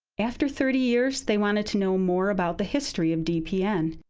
after thirty years, they wanted to know more about the history of dpn.